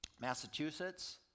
Massachusetts